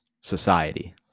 society